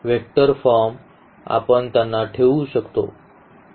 vector form आपण त्यांना ठेवू शकतो